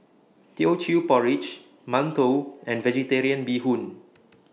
Teochew Porridge mantou and Vegetarian Bee Hoon